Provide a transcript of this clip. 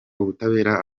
ubutabera